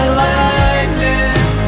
lightning